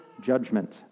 judgment